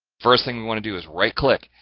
first thing we want to do is right-click,